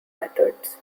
methods